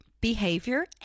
behavior